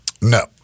No